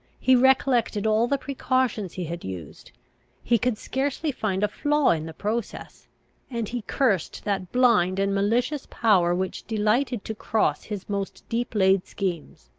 he recollected all the precautions he had used he could scarcely find a flaw in the process and he cursed that blind and malicious power which delighted to cross his most deep-laid schemes.